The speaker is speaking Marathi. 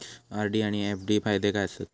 आर.डी आनि एफ.डी फायदे काय आसात?